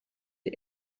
the